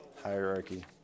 Hierarchy